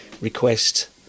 request